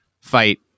fight